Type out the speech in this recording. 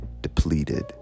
depleted